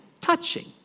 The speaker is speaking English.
touching